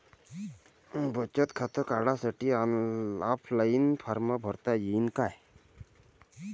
बचत खातं काढासाठी ऑफलाईन फारम भरता येईन का?